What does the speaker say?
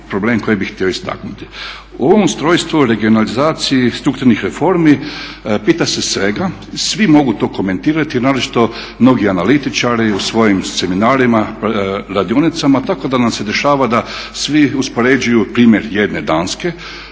O ovom ustrojstvu, regionalizaciji strukturnih reformi pita se svega, svi mogu to komentirati a naročito mnogi analitičari u svojim seminarima, radionicama tako da nam se dešava da svi uspoređuju primjer jedne Danske